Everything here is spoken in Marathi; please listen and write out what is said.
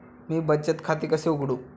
मी बचत खाते कसे उघडू?